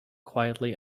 quietly